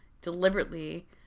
deliberately